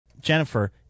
Jennifer